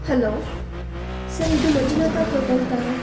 hello sir ಇದು Manjunatha hotel ತಾನೆ